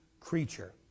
creature